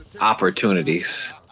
opportunities